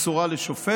היא מסורה לשופט,